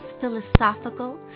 philosophical